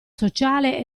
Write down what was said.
sociale